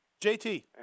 JT